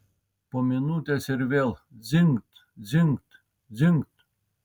po minutės ir vėl dzingt dzingt dzingt